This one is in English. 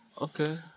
Okay